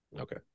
Okay